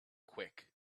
quick